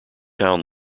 town